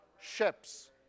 ships